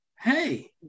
Hey